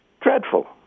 Dreadful